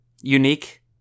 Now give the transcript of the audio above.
unique